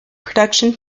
production